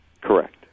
Correct